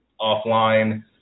offline